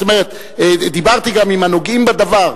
זאת אומרת דיברתי גם עם הנוגעים בדבר.